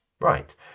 Right